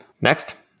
Next